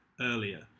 earlier